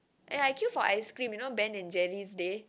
eh I queue for ice cream you know Ben and Jerry's day